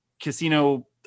Casino